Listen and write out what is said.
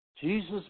Jesus